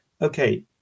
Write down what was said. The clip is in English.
Okay